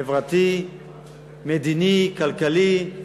החברתי, המדיני, הכלכלי.